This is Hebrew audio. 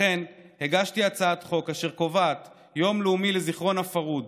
לכן הגשתי הצעת חוק אשר קובעת יום לאומי לזיכרון הפרהוד,